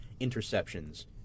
interceptions